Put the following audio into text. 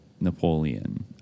Napoleon